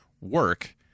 work